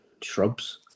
shrubs